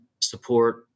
support